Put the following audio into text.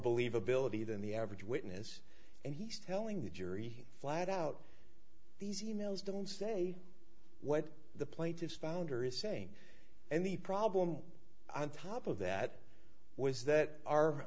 believability than the average witness and he's telling the jury flat out these e mails don't say what the plaintiff's founder is saying and the problem on top of that was that our